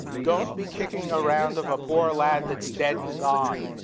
don't be kicking around of a poor lad that's dead and gone.